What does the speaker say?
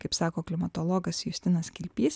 kaip sako klimatologas justinas kilpys